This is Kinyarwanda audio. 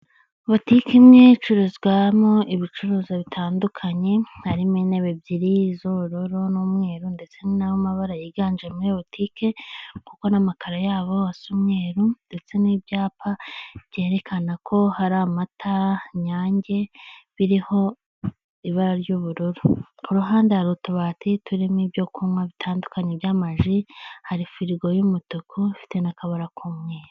Botike imwe icururizwamo ibicuruzwa bitandukanye, harimo intebe ebyiri iz'ubururu n'umweru ndetse n'amabara yiganje muri botike kuko n'amakaro yabo hasa umweru ndetse n'ibyapa byerekana ko hari amata inyange biriho ibara ry'ubururu, ku ruhande hari utubati turimo ibyo kunywa bitandukanye by'amaji hari firigo y'umutuku ifite n'akabara k'umweru.